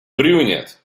brunette